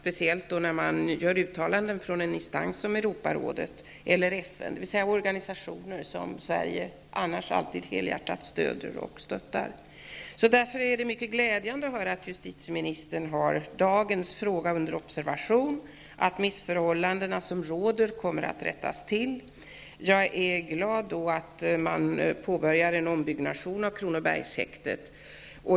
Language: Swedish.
Det gäller speciellt om man gör uttalanden från instanser som Europarådet eller FN, dvs. organisationer Sverige annars alltid helhjärtat stöder. Det är därför mycket glädjande att höra att justitieministern har denna fråga under observation och att de missförhållanden som råder kommer att rättas till. Jag är glad över att man nu påbörjar en ombyggnad av Kronobergshäktet.